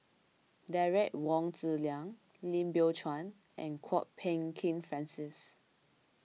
Derek Wong Zi Liang Lim Biow Chuan and Kwok Peng Kin Francis